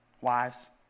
wives